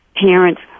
parents